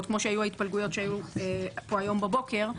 כמו שהיו ההתפלגויות שהיו פה היום בבוקר,